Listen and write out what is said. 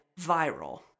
viral